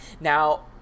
Now